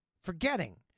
forgetting